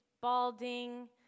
balding